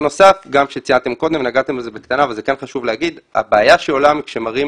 אנחנו בונים עדיין כבישים